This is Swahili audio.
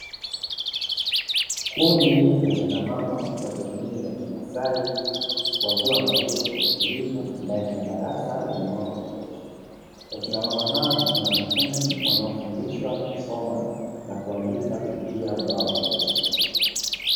Kundi la akina mama wa jamii ya kimaasai, wakiwa wameketi kwa utulivu ndani ya darasa lenye mwanga wa kutosha. Wakina mama hao ni wanafunzi wanao fundishwa kusoma na kuandika kupitia ubao mdogo